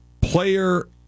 Player